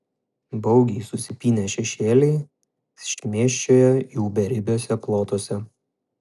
baugiai susipynę šešėliai šmėsčioja jų beribiuose plotuose